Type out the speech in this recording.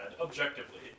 objectively